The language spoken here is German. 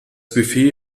buffet